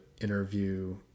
interview